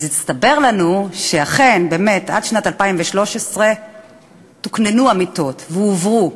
הסתבר לנו שאכן באמת עד שנת 2013 תוקננו המיטות והועברו.